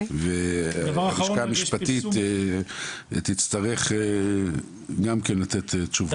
הלשכה המשפטית תצטרך גם לתת תשובות.